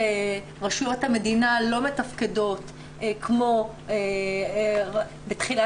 כשרשויות המדינה לא מתפקדות כמו בתחילת